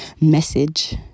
message